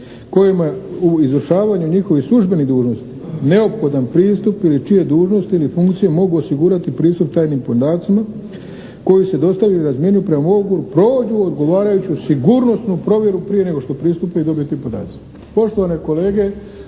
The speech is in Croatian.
kojima je u izvršavanju njihovih službenih dužnosti neophodan pristup ili čiji dužnosti ili funkcije mogu osigurati pristup tajnim podacima koji se dostavljaju, razmjenjuju prema ugovoru, prođu odgovarajuću sigurnosnu provjeru prije nego što pristupe i dobiju ti podaci. Poštovane kolege,